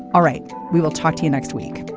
all right we will talk to you next week